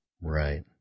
Right